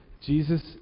Jesus